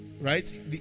right